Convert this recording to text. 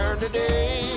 today